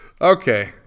Okay